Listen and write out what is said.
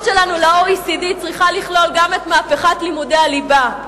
שלנו ל-OECD צריכה לכלול גם את מהפכת לימודי הליבה.